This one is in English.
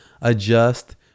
adjust